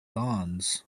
bonds